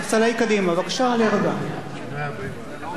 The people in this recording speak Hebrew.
מוטב,